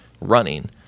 running